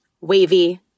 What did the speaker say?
wavy